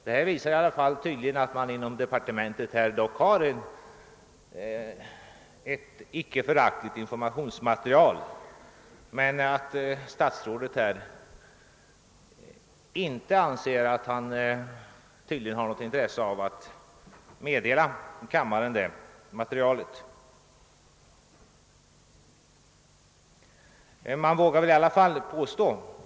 Detta visar att man inom departementet i alla fall har ett icke föraktligt informationsmaterial, men statsrådet anser tydligen att han inte har något intresse av att lämna kammaren upplysning om det materialet.